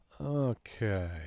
Okay